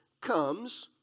comes